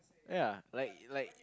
ya like like